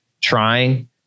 trying